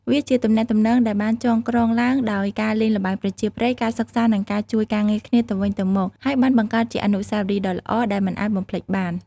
វាជាទំនាក់ទំនងដែលបានចងក្រងឡើងដោយការលេងល្បែងប្រជាប្រិយ ការសិក្សានិងការជួយការងារគ្នាទៅវិញទៅមក ហើយបានបង្កើតជាអនុស្សាវរីយ៍ដ៏ល្អដែលមិនអាចបំភ្លេចបាន។